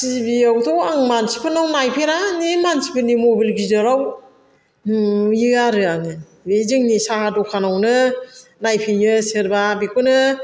T V आवथ आं मानसिफोरनाव नायफेरा बे मानसिफोरनि मबाइल गिदिराव नुयो आरो आङो बे जोंनि साहा दखानावनो नायफैयो सोरबा बेखौनो